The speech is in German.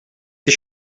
die